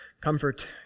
Comfort